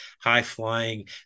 high-flying